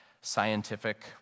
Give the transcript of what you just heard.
scientific